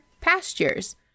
pastures